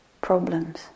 problems